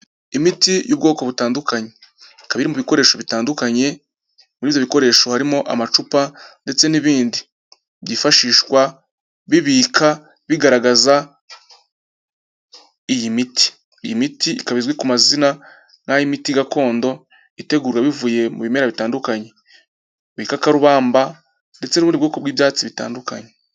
Imiti y'ubwoko butandukanye. Ikaba iri mu bikoresho bitandukanye. Muri ibyo bikoresho harimo amacupa ndetse n'ibindi byifashishwa bibika bigaragaza iyi miti. Iyi miti ikaba izwi ku mazina nk'ay'imiti gakondo itegurwa bivuye mu bimera bitandukanye, ibikakarubamba ndetse n'ubundi bwoko bw'ibyatsi bitandukanye.